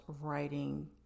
writing